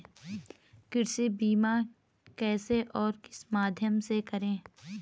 कृषि बीमा कैसे और किस माध्यम से करें?